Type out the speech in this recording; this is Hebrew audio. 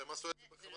הם עשו את זה בכוונה.